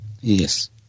Yes